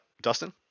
dustin